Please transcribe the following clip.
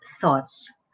thoughts